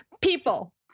People